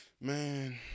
man